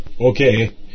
Okay